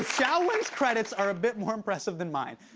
ah xiaowen's credits are a bit more impressive than mine.